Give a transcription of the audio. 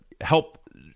help